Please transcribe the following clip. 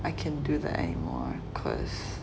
I can do that anymore cause